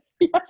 Yes